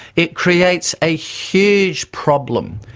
it creates a huge problem.